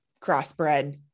crossbred